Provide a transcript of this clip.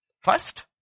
First